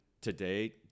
today